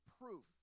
proof